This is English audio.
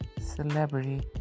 celebrity